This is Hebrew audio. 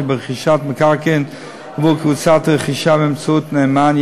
כי ברכישת מקרקעין עבור קבוצת רכישה באמצעות נאמן,